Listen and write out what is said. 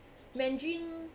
mandarin